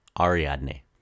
Ariadne